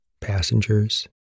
passengers